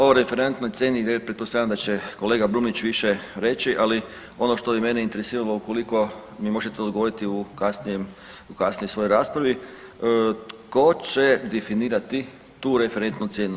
Ovo o referentnoj cijeni pretpostavljam da će kolega Brumnić više reći ali ono što je mene interesiralo ukoliko mi možete odgovoriti u kasnijem u kasnijoj svojoj raspravi, tko će definirati tu referentnu cijenu?